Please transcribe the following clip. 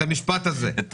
לפצל את המשפט הזה...